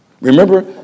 Remember